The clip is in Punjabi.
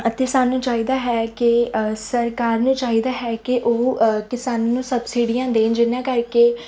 ਅਤੇ ਸਾਨੂੰ ਚਾਹੀਦਾ ਹੈ ਕਿ ਸਰਕਾਰ ਨੂੰ ਚਾਹੀਦਾ ਹੈ ਕਿ ਉਹ ਕਿਸਾਨਾਂ ਨੂੰ ਸਬਸਿਡੀਆਂ ਦੇਣ ਜਿਹਨਾਂ ਕਰਕੇ